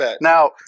Now